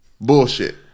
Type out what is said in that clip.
Bullshit